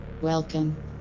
Welcome